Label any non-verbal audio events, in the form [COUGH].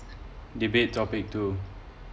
debate topic two [NOISE] alright so